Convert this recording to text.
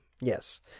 yes